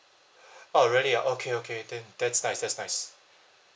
orh really ah okay okay then that's nice that's nice